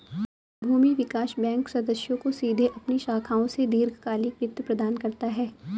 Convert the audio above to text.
भूमि विकास बैंक सदस्यों को सीधे अपनी शाखाओं से दीर्घकालिक वित्त प्रदान करता है